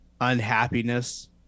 unhappiness